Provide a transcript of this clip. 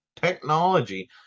technology